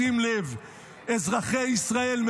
שים לב: אזרחי ישראל,